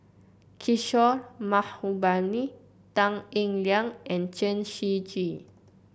Kishore Mahbubani Tan Eng Liang and Chen Shiji